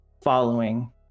following